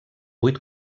vuit